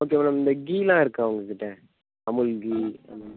okay madam இந்த கீலாம் இருக்கா உங்ககிட்ட அமுல் கீ அந்த மாதிரி